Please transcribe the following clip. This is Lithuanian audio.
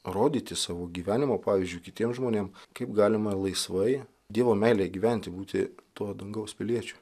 rodyti savo gyvenimo pavyzdžiu kitiem žmonėm kaip galima laisvai dievo meilėje gyventi būti tuo dangaus piliečiu